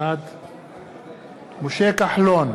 בעד משה כחלון,